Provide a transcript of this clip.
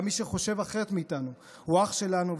גם מי שחושב אחרת מאיתנו הוא אח שלנו,